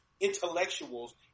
intellectuals